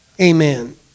Amen